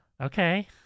Okay